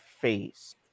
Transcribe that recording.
face